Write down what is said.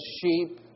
sheep